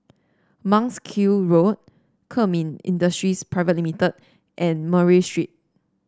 Monk's Hill Road Kemin Industries Pte Ltd and Murray Street